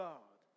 God